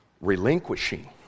relinquishing